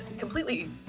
completely